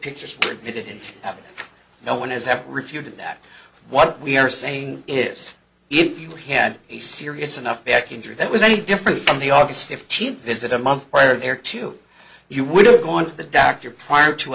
have no one has ever refuted that what we are saying is if you had a serious enough back injury that was any different from the august fifteenth visit a month prior there to you would have gone to the doctor prior to